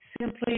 simply